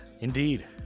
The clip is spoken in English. Indeed